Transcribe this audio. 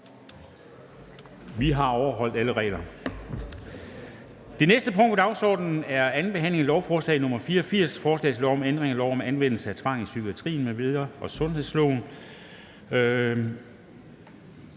Det er vedtaget. --- Det næste punkt på dagsordenen er: 15) 2. behandling af lovforslag nr. L 84: Forslag til lov om ændring af lov om anvendelse af tvang i psykiatrien m.v. og sundhedsloven.